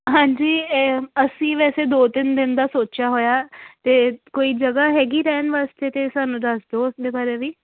ਹਾਂਜੀ ਅਸੀਂ ਵੈਸੇ ਦੋ ਤਿੰਨ ਦਿਨ ਦਾ ਸੋਚਿਆ ਹੋਇਆ ਅਤੇ ਕੋਈ ਜਗ੍ਹਾ ਹੈਗੀ ਰਹਿਣ ਵਾਸਤੇ ਤਾਂ ਸਾਨੂੰ ਦੱਸ ਦਿਓ ਉਸਦੇ ਬਾਰੇ ਵੀ